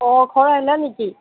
অঁ ঘৰ আহিলা নেকি